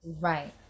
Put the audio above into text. Right